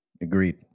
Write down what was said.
Agreed